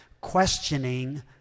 questioning